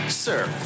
sir